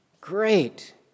Great